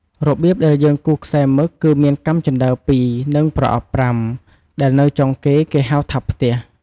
របៀបដែរយើងគូសខ្សែមឹកគឺមានកាំជន្តើរ២ និង ប្រអប់៥ដែលនៅចុងគេគេហៅថាផ្ទះ។